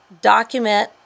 document